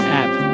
app